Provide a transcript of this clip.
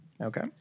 Okay